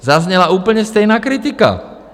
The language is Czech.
Zazněla úplně stejná kritika.